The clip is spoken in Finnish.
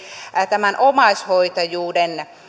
nämä omaishoitajuuden